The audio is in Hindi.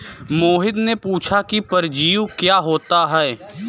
मोहित ने पूछा कि परजीवी क्या होता है?